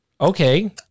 Okay